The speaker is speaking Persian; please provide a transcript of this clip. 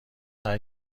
سعی